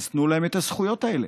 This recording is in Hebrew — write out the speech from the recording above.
אז תנו להם את הזכויות האלה.